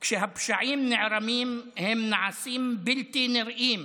/ כשהפשעים נערמים, הם נעשים בלתי נראים.